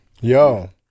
yo